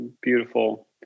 beautiful